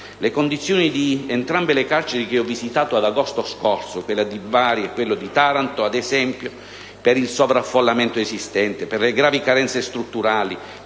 Le condizioni di entrambe le carceri che ho visitato ad agosto scorso, quella di Bari e quella di Taranto, ad esempio, per il sovrafollamento esistente, per le gravi carenze strutturali